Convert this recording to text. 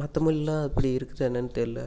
மற்ற மொழி எல்லாம் இப்படி இருக்குதா என்னான்னு தெரியல